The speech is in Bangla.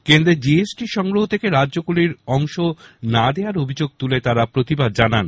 কেন্দ্রের জিএসটি সংগ্রহ থেকে রাজ্যগুলির অংশ না দেওয়ার অভিযোগ তুলে তারা প্রতিবাদ জানান